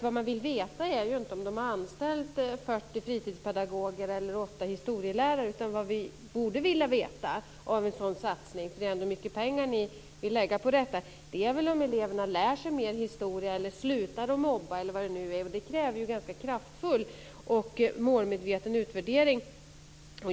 Vad man vill veta är ju inte om 40 fritidspedagoger eller 8 historielärare anställts, utan vad vi borde vilja veta vad gäller en sådan satsning - det är ju trots allt mycket pengar ni vill lägga på detta - är väl om eleverna lär sig mer historia eller slutar mobba - eller vad det kan vara. Det kräver en ganska kraftfull och målmedveten utvärdering.